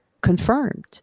confirmed